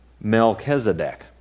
Melchizedek